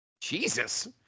Jesus